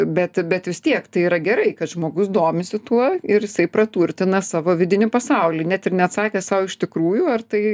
bet bet vis tiek tai yra gerai kad žmogus domisi tuo ir jisai praturtina savo vidinį pasaulį net ir neatsakę sau iš tikrųjų ar tai